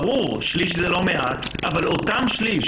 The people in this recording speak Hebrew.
ברור, שליש זה לא מעט, אבל אותו שליש